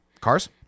cars